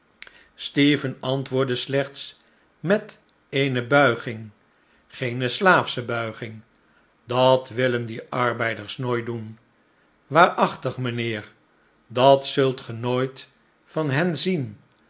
stephen antwoordde slechts met eene bulging geene slaafsche buiging dat willen die arbeiders nooit doen waarachtig mijnheer dat zult ge nooit van hen zien